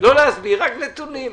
לא להסביר, רק נתונים.